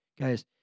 Guys